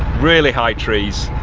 really high trees.